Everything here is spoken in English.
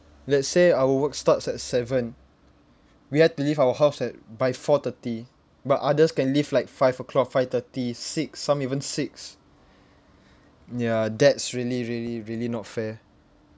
let's say our work starts at seven we had to leave our house at by four thirty but others can leave like five o'clock five thirty six some even six ya that's really really really not fair